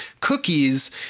cookies